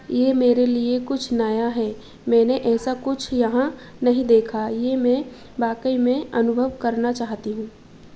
यह मेरे लिए कुछ नया है मैंने ऐसा कुछ यहाँ नहीं देखा यह मैं वाक़ई में अनुभव करना चाहती हूँ